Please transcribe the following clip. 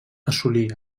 assolí